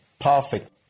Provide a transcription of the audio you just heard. perfect